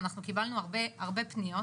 וקיבלנו הרבה פניות.